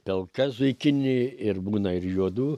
pilka zuikinė ir būna ir juodų